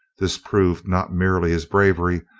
this proved not merely his bravery,